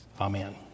Amen